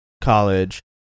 college